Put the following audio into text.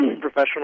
professional